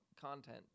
content